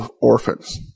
orphans